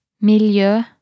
Milieu